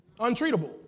Untreatable